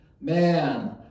man